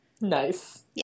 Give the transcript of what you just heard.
Nice